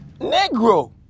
Negro